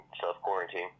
self-quarantine